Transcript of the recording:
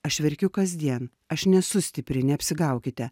aš verkiu kasdien aš nesu stipri neapsigaukite